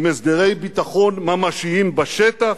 עם הסדרי ביטחון ממשיים בשטח,